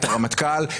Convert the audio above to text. את הרמטכ"ל,